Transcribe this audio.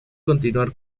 continuar